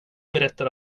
berättar